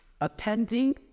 attending